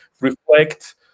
reflect